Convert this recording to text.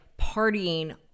partying